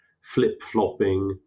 flip-flopping